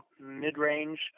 mid-range